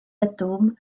atomes